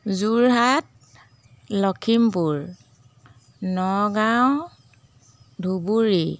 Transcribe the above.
Jorhat Lakhimpur Nagaon Dhubri